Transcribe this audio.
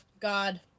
God